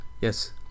yes